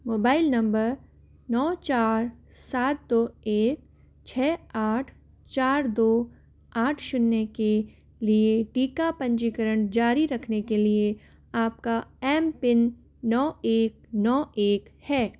mobile number नौ चार सात दो एक छः आठ चार दो आठ शून्य के लिए टीका पंजीकरण जारी रखने के लिए आपका एम पिन नौ एक नौ एक है